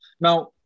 Now